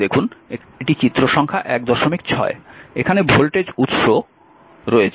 এখানে উৎস ভোল্টেজ রয়েছে